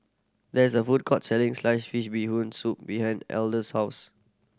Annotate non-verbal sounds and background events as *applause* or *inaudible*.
there is a food court selling sliced fish Bee Hoon Soup behind *unintelligible* house